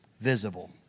visible